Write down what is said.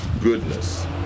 goodness